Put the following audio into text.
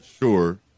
Sure